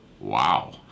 wow